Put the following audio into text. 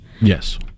Yes